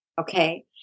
Okay